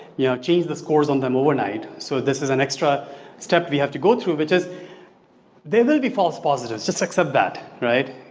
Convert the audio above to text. yeah changed the scores on them overnight. so this is an extra step we have to go through which is there will be false positives. just accept that right?